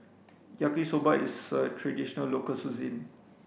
Yaki Soba is a traditional local